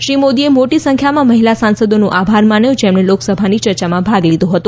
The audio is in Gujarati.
શ્રી મોદીએ મોટી સંખ્યામાં મહિલા સાંસદોનો આભાર માન્યો જેમણે લોકસભામાં ચર્ચામાં ભાગ લીધો હતો